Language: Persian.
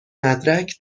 مدرک